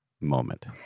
moment